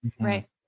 right